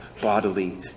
bodily